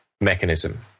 mechanism